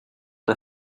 der